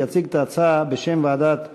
יציג את ההצעה בשם ועדת חוקה,